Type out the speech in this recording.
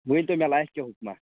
ؤنۍتو مےٚ لایق کیٛاہ حُکمہ